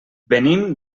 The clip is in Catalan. venim